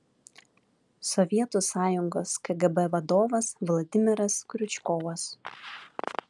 sovietų sąjungos kgb vadovas vladimiras kriučkovas